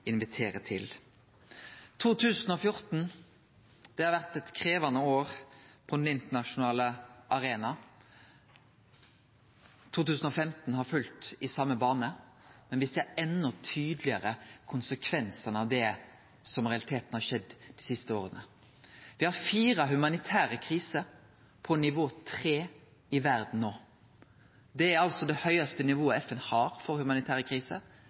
inviterer til. 2014 har vore eit krevjande år på den internasjonale arenaen. 2015 har følgt i same bane, men me ser enda tydlegare konsekvensane av det som i realiteten har skjedd dei siste åra. Me har fire humanitære kriser på nivå 3 i verda no. Det er det høgaste nivået FN har for humanitære kriser.